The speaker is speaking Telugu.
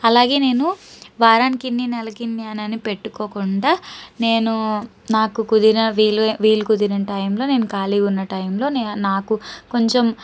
అలాగే నేను వారానికిన్ని నెలకిన్ని అనని పెట్టుకోకుండా నేను నాకు కుదిరిన వీలు వీలు కుదిరిన టైంలో నేను ఖాళీగా ఉన్న టైంలో నే నాకు కొంచం